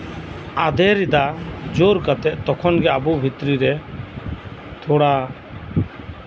ᱟᱫᱮᱨ ᱮᱫᱟ ᱡᱳᱨ ᱠᱟᱛᱮᱜ ᱛᱚᱠᱷᱚᱱᱜᱮ ᱟᱵᱚ ᱵᱷᱤᱛᱨᱤᱨᱮ ᱛᱷᱚᱲᱟ